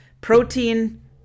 protein